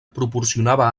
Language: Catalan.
proporcionava